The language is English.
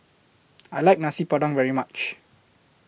I like Nasi Padang very much